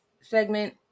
segment